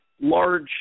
large